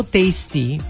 tasty